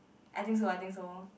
I think so I think so